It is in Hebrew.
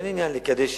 אין עניין לקדש